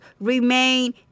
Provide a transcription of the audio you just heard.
remain